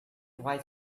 white